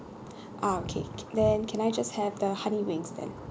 uh okay then can I just have the honey wings then